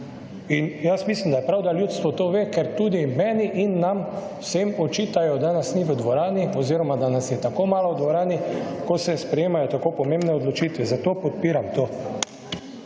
in mislim, da je prav, da ljudstvo to ve, ker tudi meni in nam vsem očitajo, da nas ni v dvorani oziroma da nas je tako malo v dvorani, ko se sprejemajo tako pomembne odločitve. Zato podpiram to.